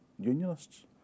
Unionists